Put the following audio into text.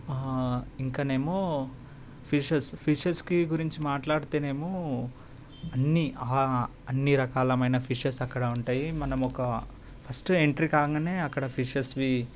ఇంక నేమో ఫిషెస్ ఫిషెస్కి గురించి మాట్లాడితేనేమో అన్ని అన్ని రకాల మైన ఫిషెస్ అక్కడ ఉంటాయి మనము ఒక ఫస్ట్ ఎంట్రీ కాగానే అక్కడ ఫిషెస్వి